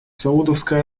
саудовской